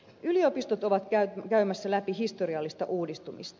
yliopistot ovat käymässä läpi historiallista uudistumista